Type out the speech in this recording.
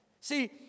See